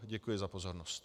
Děkuji za pozornost.